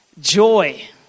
joy